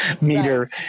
meter